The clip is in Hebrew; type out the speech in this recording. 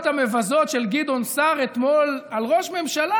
המבזות של גדעון סער אתמול על ראש ממשלה.